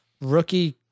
rookie